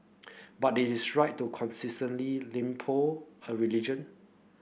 but is right to constantly lampoon a religion